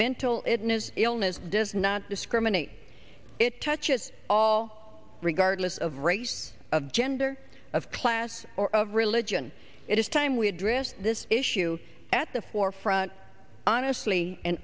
mental edna's illness does not discriminate it touches all regardless of race of gender of class or of religion it is time we address this issue at the forefront honestly and